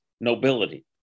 nobility